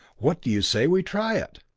what do you say we try it?